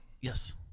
Yes